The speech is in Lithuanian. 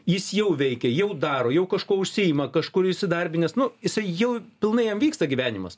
jis jau veikia jau daro jau kažkuo užsiima kažkur įsidarbinęs nu jisai jau pilnai jam vyksta gyvenimas